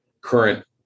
current